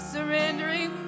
Surrendering